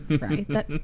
Right